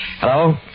Hello